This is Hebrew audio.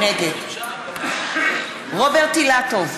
נגד רוברט אילטוב,